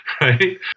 right